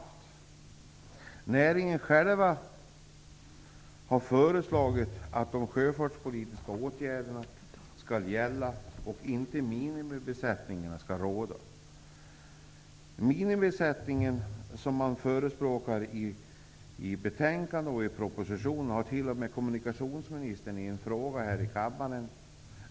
Från näringens sida har man föreslagit att de sjöfartspolitiska åtgärderna skall sättas in och att det inte skall vara fråga om minimibesättningar. När det gäller förslaget om minimibesättningen, som förespråkas i betänkande och proposition, kan jag säga att jag ställde en fråga till kommunikationsministern här i kammaren.